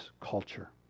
culture